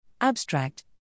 Abstract